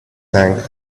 tank